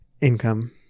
income